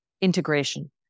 integration